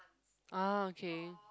okay